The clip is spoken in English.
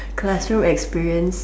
classroom experience